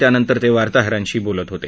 त्यानंतर ते वार्ताहारांशी बोलत होते